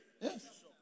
Yes